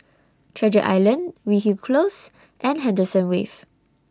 Treasure Island Weyhill Close and Henderson Wave